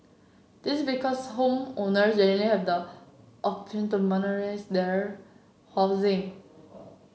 this is because homeowners generally have the option to monetise their housing